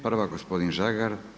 Prva gospodin Žagar.